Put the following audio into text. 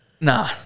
Nah